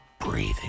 breathing